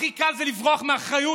הכי קל זה לברוח מאחריות,